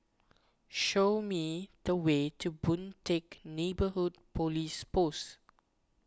show me the way to Boon Teck Neighbourhood Police Post